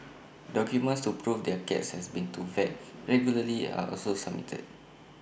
documents to prove their cats has been to vet regularly are also submitted